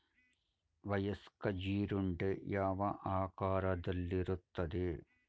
ವಯಸ್ಕ ಜೀರುಂಡೆ ಯಾವ ಆಕಾರದಲ್ಲಿರುತ್ತದೆ?